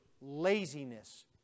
laziness